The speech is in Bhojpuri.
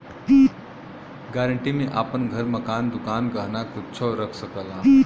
गारंटी में आपन घर, मकान, दुकान, गहना कुच्छो रख सकला